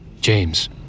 James